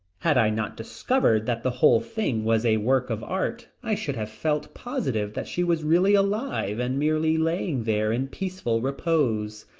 had i not discovered that the whole thing was a work of art, i should have felt positive that she was really alive and merely lay there in peaceful repose.